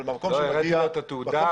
הראינו לו את התעודה.